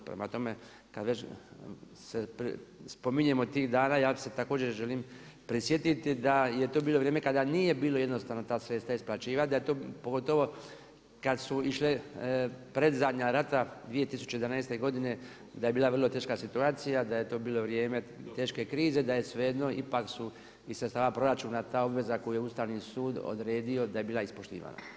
Prema tome, kad već se spominjemo tih dana, ja se također želim prisjetiti da je to bilo vrijeme kada nije bilo jednostavno ta sredstva isplaćivati, da je to pogotovo kad su išle predzadnja rata 2011. godine, da je bila vrlo teška situacija, da je to bilo vrijeme teške krize, da je svejedno, ipak su iz sredstava proračuna, ta obveza koju je Ustavni sud odredio, da je bila ispoštivana.